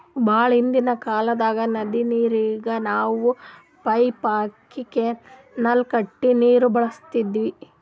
ಭಾಳ್ ಹಿಂದ್ಕಿನ್ ಕಾಲ್ದಾಗ್ ನದಿ ನೀರಿಗ್ ನಾವ್ ಪೈಪ್ ಹಾಕಿ ಕೆನಾಲ್ ಕಟ್ಟಿ ನೀರ್ ಬಳಸ್ತಿದ್ರು